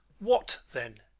what then?